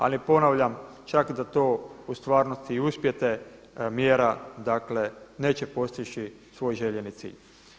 Ali ponavljam čak da to u stvarnosti i uspijete mjera, dakle neće postići svoj željeni cilj.